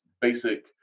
basic